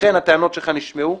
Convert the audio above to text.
לכן הטענות שלך נשמעו,